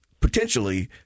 potentially